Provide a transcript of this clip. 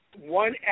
One